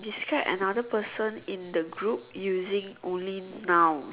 describe another person in the group using only noun